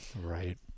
right